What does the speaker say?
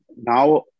Now